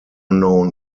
known